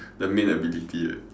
the main ability ah